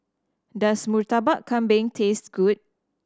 does Murtabak Kambing taste good